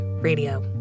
radio